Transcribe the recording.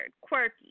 quirky